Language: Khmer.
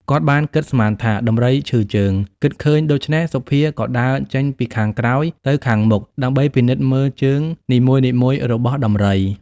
គាត់បាន គិតស្មានថាដំរីឈឺជើង គិតឃើញដូច្នេះសុភាក៏ដើរចេញពីខាងក្រោយ ទៅខាងមុខដើម្បីពិនិត្យមើលជើងនីមួយៗរបស់ដំរី ។